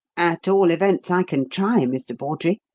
at all events, i can try, mr. bawdrey,